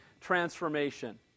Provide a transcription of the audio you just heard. transformation